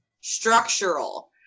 structural